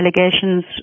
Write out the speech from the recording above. allegations